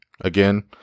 again